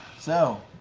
so.